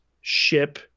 ship